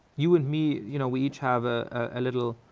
you and me, you know we each have a little